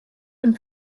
and